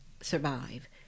survive